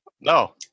No